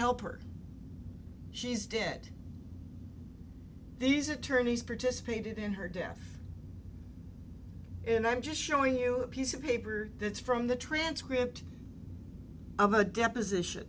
help her she's dead these attorneys participated in her death and i'm just showing you a piece of paper that's from the transcript of a deposition